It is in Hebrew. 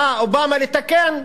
בא אובמה לתקן,